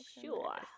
sure